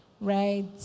right